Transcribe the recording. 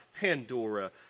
Pandora